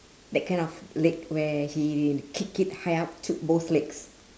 that kind of leg where he kick it high up t~ both legs